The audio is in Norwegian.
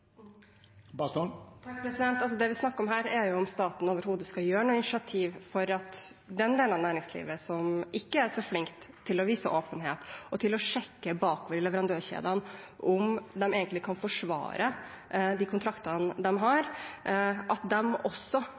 Det vi snakker om her, er om staten overhodet skal ta noe initiativ for at den delen av næringslivet som ikke er så flink til å vise åpenhet og til å sjekke bakover i leverandørkjeden, kan forsvare de kontraktene de har – at